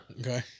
Okay